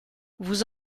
vous